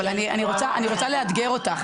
אבל אני רוצה לאתגר אותך,